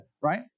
right